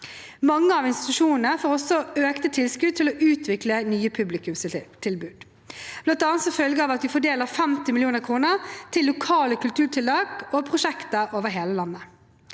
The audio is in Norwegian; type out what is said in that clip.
Mange av institusjonene får også økte tilskudd til å utvikle nye publikumstilbud, bl.a. som følge av at vi fordeler 50 mill. kr til lokale kulturtiltak og prosjekter over hele landet.